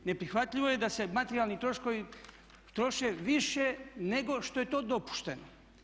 Neprihvatljivo je da se materijalni troškovi troše više nego što je to dopušteno.